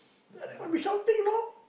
like that must be shouting know